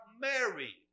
married